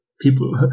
people